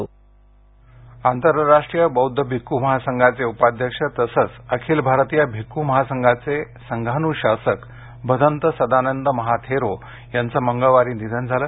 महाथेरो निधन आंतरराष्ट्रीय बौद्ध भिक्खू महासंघाचे उपाध्यक्ष तसंच अखिल भारतीय भिक्खू महासंघाचे संघानुशासक भदंत सदानंद महाथेरो यांचं मंगळवारी निधन झालं